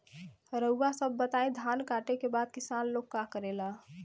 रउआ सभ बताई धान कांटेके बाद किसान लोग का करेला?